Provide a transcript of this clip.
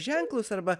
ženklus arba